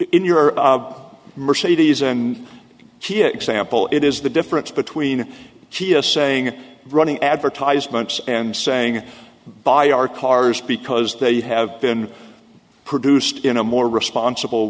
in your mercedes and she example it is the difference between she is saying running advertisements and saying buy our cars because they have been produced in a more responsible